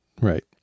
Right